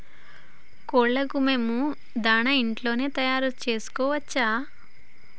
కోళ్లకు మేము దాణా ఇంట్లోనే తయారు చేసుకోవచ్చా?